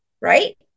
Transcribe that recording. right